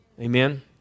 Amen